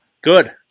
Good